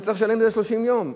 אז הוא צריך לשלם בתוך 30 יום.